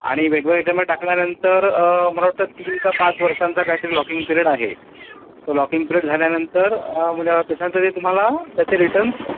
आणि वेगवेगळ्या ह्याच्यामध्ये टाकल्यानंतर मला वाटतं तीन का पाच वर्षांचा काहीतरी लॉकिंग पिरियड आहे तो लॉकिंग पिरियड झाल्यानंतर म्हणजे त्याच्यानंतर ते तुम्हाला त्याचे रिटर्न्स